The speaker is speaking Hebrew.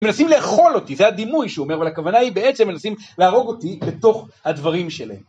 הם מנסים לאכול אותי, זה הדימוי שהוא אומר, אבל הכוונה היא בעצם, הם מנסים להרוג אותי בתוך הדברים שלהם.